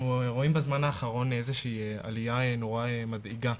רואים בזמן האחרון איזושהי עלייה נורא מדאיגה,